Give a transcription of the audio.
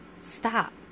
stop